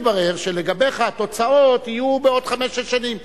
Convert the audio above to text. שלגביך התוצאות יהיו בעוד חמש-שש שנים,